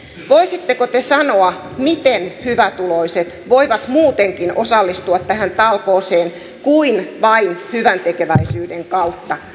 voisitteko te sanoa miten hyvätuloiset voivat muutenkin osallistua tähän talkooseen kuin vain hyväntekeväisyyden kautta